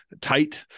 tight